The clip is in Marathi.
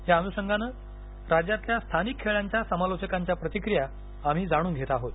या अनुषगाने राज्यातील स्थानिक खेळांच्या समालोचकांच्या प्रतिक्रिया आम्ही जाणून घेत आहोत